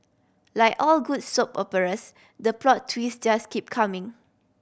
like all good soap operas the plot twist just keep coming